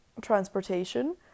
transportation